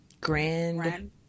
Grand